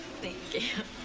thank you.